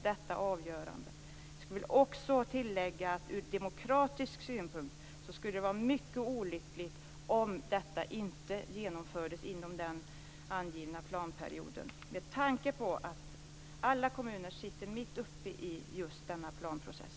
Jag skulle också vilja tillägga att det ur demokratisk synpunkt skulle vara mycket olyckligt om detta inte genomfördes inom den angivna planperioden, just med tanke på att alla kommuner befinner sig mitt uppe i denna planprocess.